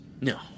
No